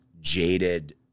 jaded